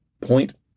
point